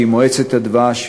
כי אם מועצת הדבש,